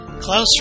closer